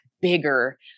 bigger